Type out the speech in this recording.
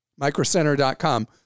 microcenter.com